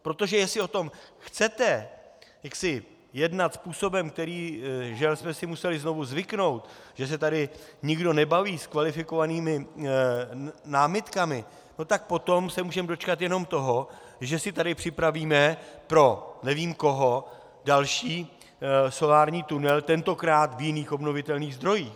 Protože jestli o tom chcete jednat způsobem, na který, žel, jsme si museli znovu zvyknout, že se tady nikdo nebaví s kvalifikovanými námitkami, no tak potom se můžeme dočkat jenom toho, že si tady připravíme pro nevím koho další solární tunel, tentokrát v jiných obnovitelných zdrojích.